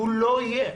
הוא לא יהיה.